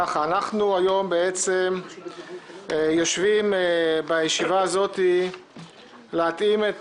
אנחנו היום יושבים בישיבה הזאת להתאים את